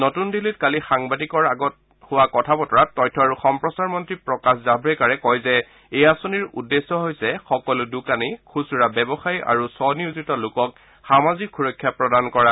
নতুন দিল্লীত কালি সাংবাদিকসকলৰ সৈতে হোৱা কথা বতৰাত তথ্য আৰু সম্প্ৰচাৰ মন্ত্ৰী প্ৰকাশ জাভড্কোৰে কয় যে এই আঁচনিৰ উদ্দেশ্য হৈছে সকলো দোকানী খুচুৰা ব্যৱসায়ী আৰু স্বঃনিয়োজিত লোকক সামাজিক সুৰক্ষা প্ৰদান কৰাতো